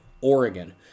Oregon